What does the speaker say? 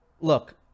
look